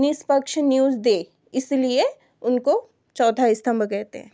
निष्पक्ष न्यूज़ दें इसलिए उनको चौथा स्तम्भ कहते हैं